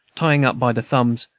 tying up by the thumbs,